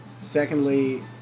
Secondly